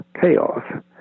chaos